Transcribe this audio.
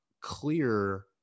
clear